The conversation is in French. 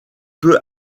peu